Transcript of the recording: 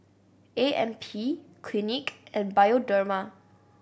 A M P Clinique and Bioderma